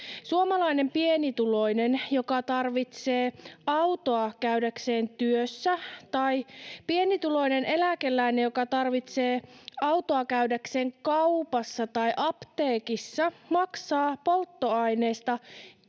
Suomalainen pienituloinen, joka tarvitsee autoa käydäkseen työssä, tai pienituloinen eläkeläinen, joka tarvitsee autoa käydäkseen kaupassa tai apteekissa, maksaa polttoaineesta